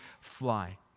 fly